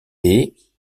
des